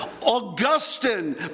Augustine